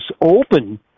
Open